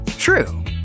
True